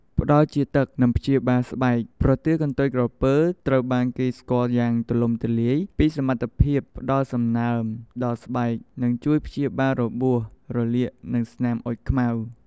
ផ្តល់ជាតិទឹក និងព្យាបាលស្បែក ប្រទាលកន្ទុយក្រពើត្រូវបានគេស្គាល់យ៉ាងទូលំទូលាយពីសមត្ថភាពផ្តល់សំណើមដល់ស្បែក និងជួយព្យាបាលរបួស រលាក និងស្នាមអុចខ្មៅ។